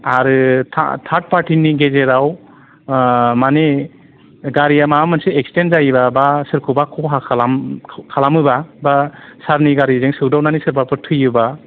आरो था थार्ड पार्टिनि गेजेराव मानि गारिया माबा मोनसे एक्सिडेन्ट जायोबा बा सोरखौबा खहा खालाम खालामोबा बा सारनि गारिजों सौदावनानै सोरबाफोर थैयोबा